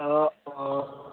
অঁ অঁ